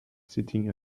sitting